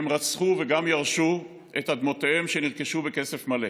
הם רצחו וגם ירשו את אדמותיהם שנרכשו בכסף מלא.